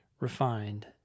refined